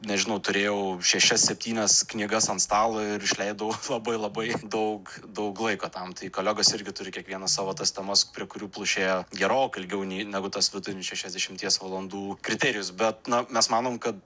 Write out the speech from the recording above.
nežinau turėjau šešias septynias knygas ant stalo ir išleidau labai labai daug daug laiko tam tai kolegos irgi turi kiekvienas savo tas temas prie kurių plušėjo gerokai ilgiau nei negu tas vidutinis šešiasdešimties valandų kriterijus bet na mes manom kad